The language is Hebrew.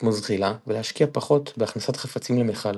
כמו זחילה ולהשקיע פחות בהכנסת חפצים למיכל,